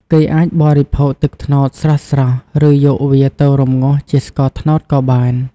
គេអាចបរិភោគទឹកត្នោតស្រស់ៗ ឬ យកវាទៅរំងាស់ជាស្ករត្នោតក៏បាន។